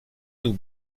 nous